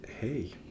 Hey